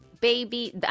baby